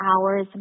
hours